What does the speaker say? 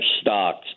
stocks